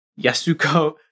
Yasuko